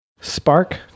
Spark